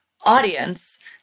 audience